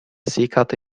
seekarte